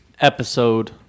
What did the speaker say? episode